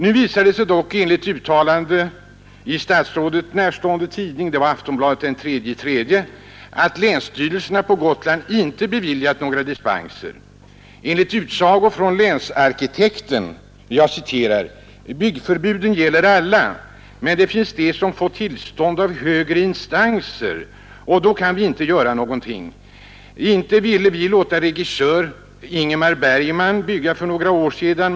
Nu visar det sig dock, enligt uttalande i en statsrådet närstående tidning, nämligen Aftonbladet för den 3 mars i år, att länsmyndigheterna på Gotland inte har beviljat några dispenser. Länsarkitekten säger så här: ”Byggförbuden gäller alla. Men det finns de som fått tillstånd av högre instanser och då kan vi inte göra någonting. ——— Inte ville vi låta Ingmar Bergman bygga för några år sen.